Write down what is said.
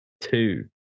two